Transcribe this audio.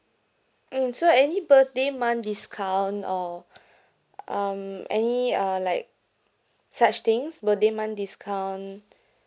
mm so any birthday month discount or um any uh like such things birthday month discount